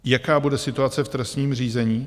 Jaká bude situace v trestním řízení?